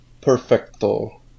Perfecto